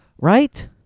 Right